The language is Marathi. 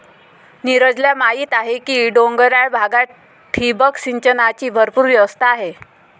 नीरजला माहीत आहे की डोंगराळ भागात ठिबक सिंचनाची भरपूर व्यवस्था आहे